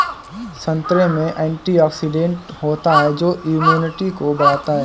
संतरे में एंटीऑक्सीडेंट होता है जो इम्यूनिटी को बढ़ाता है